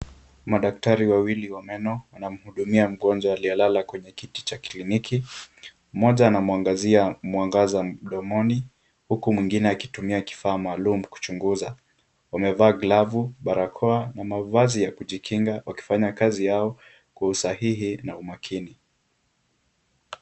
Madaktari wawili wa meno wanamhudumia mgonjwa aliyelala kwa kwenye kiti cha kliniki, mmoja anamwangazia mwangaza mdomoni, huku mwingine akitumia kifaa maalum kuchunguza, wamevaa glavu, barakoa na mavazi ya kujikinga wakifanya kazi yao kwa usahihi na umakini.